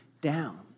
down